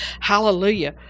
Hallelujah